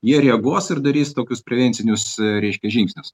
jie reaguos ir darys tokius prevencinius e reiškia žingsnis